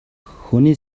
хүний